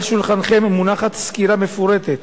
על שולחנכם מונחת סקירה מפורטת